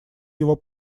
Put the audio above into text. его